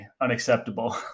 Unacceptable